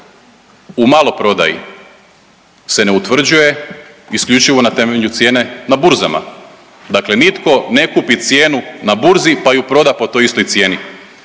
u maloprodaji se ne utvrđuje isključivo na temelju cijene na burzama. Dakle, nitko ne kupi cijenu na burzi pa ju proda po toj istoj cijeni.